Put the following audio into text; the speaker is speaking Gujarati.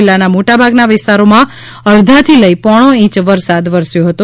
જિલ્લાના મોટાભાગના વિસ્તારમાં અડધાથી લઇ પોણો ઇંચ વરસાદ વરસ્યો હતો